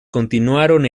continuaron